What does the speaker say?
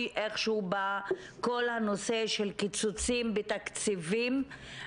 איכשהו בכל הנושא של קיצוצים בתקציבים.